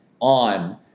on